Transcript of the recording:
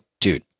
dude